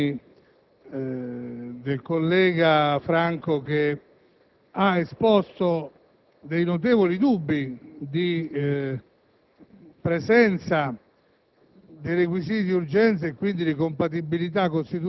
faccio mie le valutazioni del collega Franco Paolo, che ha esposto notevoli dubbi di presenza